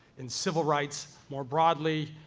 in civil rights more broadly,